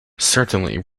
certainly